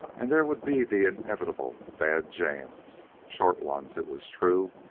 and there would be the inevitable bad jams, short ones, it was true,